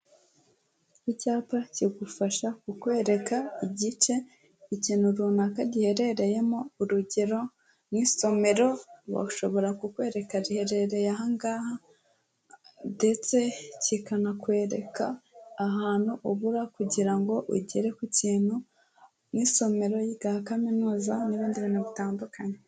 Icyapa kigufasha kukwereka igice ikintu runaka giherereyemo, urugero nk'isomero bashobora kukwereka giherereye aha angaha, ndetse kikanakwereka ahantu ubura kugira ngo ugere ku kintu, nk'isomero rya kaminuza n'ibindi bintu bitandukanye.